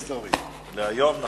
המינהלה להסדרים במגזר החקלאי שבאחריות